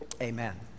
Amen